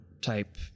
type